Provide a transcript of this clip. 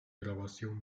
grabación